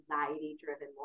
anxiety-driven